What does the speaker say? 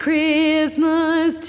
Christmas